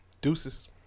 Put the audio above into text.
Deuces